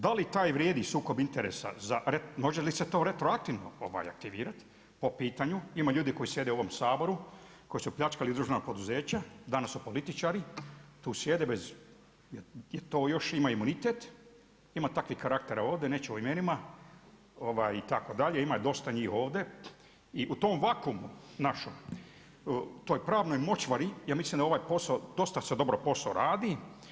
Da li taj vrijedi sukob interesa za, može li se to retroaktivno aktivirati po pitanju, ima ljudi koji sjede u ovom Saboru, koji su opljačkali državna poduzeća, danas su političari, tu sjede bez, to još ima imunitet, ima takvih karaktera ovdje, neću o imenima, itd. ima dosta njih ovdje i u to vakuumu našem, u toj pravnoj močvari, ja mislim da ovaj posao, dosta se dobro posao radi.